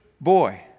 boy